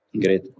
Great